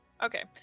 okay